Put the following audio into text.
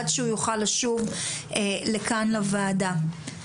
עד שהוא יוכל לשוב לכאן לוועדה.